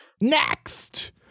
Next